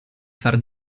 far